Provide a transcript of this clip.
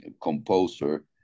composer